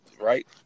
right